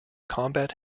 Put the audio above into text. combat